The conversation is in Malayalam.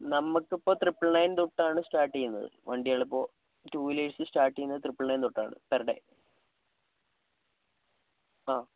നമുക്കിപ്പോൾ ട്രിപ്പിൾ നയൻ തൊട്ടാണ് സ്റ്റാർട്ട് ചെയ്യുന്നത് വണ്ടികൾ ഇപ്പോൾ ടൂ വീലേഴ്സ് സ്റ്റാർട്ട് ചെയ്യുന്നത് ട്രിപ്പിൾ നയൻ തൊട്ടാണ് പെർ ഡേ ആ